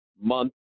month